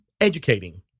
educating